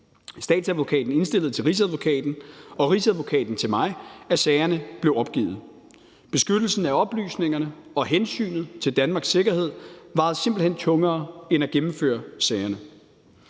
Statsadvokaten indstillede til Rigsadvokaten, og Rigsadvokaten til mig, at sagerne blev opgivet. Beskyttelsen af oplysningerne og hensynet til Danmarks sikkerhed vejede simpelt hen tungere end at gennemføre sagerne.